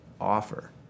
offer